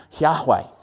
Yahweh